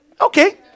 Okay